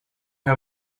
her